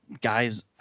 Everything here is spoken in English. guys